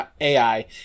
AI